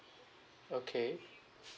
okay